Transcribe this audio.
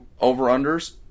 over-unders